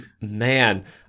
Man